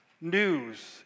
news